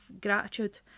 gratitude